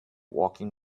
walking